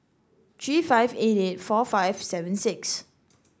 three five eight eight four five seven six